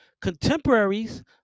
contemporaries